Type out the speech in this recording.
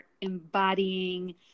embodying